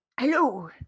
Hello